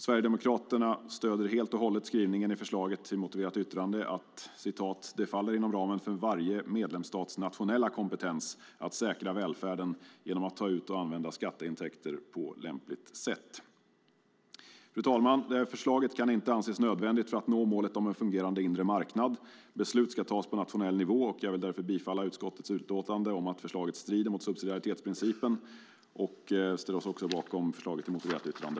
Sverigedemokraterna stöder helt och hållet skrivningen i förslaget till motiverat yttrande: "Det faller inom ramen för varje medlemsstats nationella kompetens att säkra välfärden genom att ta ut och använda skatteintäkter på lämpligt sätt." Fru talman! Förslaget kan inte anses nödvändigt för att nå målet om en fungerande inre marknad. Beslut ska fattas på nationell nivå. Jag vill därför yrka bifall till utskottets förslag om att utlåtandet strider mot subsidiaritetsprincipen. Vi ställer oss också bakom förslaget till motiverat yttrande.